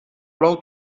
plou